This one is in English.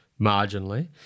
marginally